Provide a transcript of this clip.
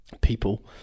people